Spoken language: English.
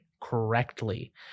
correctly